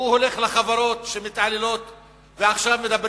הוא הולך לחברות שמתעללות באזרחים,